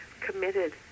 committed